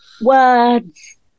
Words